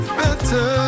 better